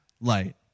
light